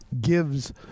gives